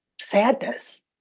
sadness